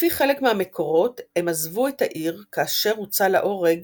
לפי חלק מהמקורות הם עזבו את העיר כאשר הוצא להורג